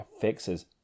fixes